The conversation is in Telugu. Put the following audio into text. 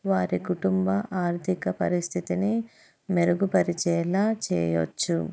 వారి కుటుంబ ఆర్థిక పరిస్థితిని మెరుగుపరిచేలా చేయొచ్చు